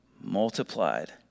Multiplied